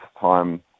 time